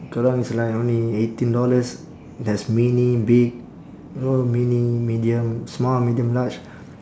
kerang is like only eighteen dollars there's mini big you know mini medium small medium large